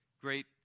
great